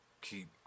keep